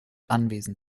anwesend